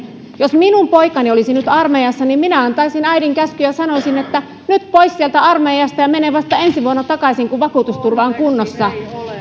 jos minun poikani olisi nyt armeijassa niin minä antaisin äidin käskyn ja sanoisin että nyt pois sieltä armeijasta ja mene vasta ensi vuonna takaisin kun vakuutusturva on kunnossa